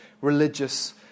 religious